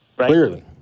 Clearly